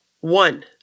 One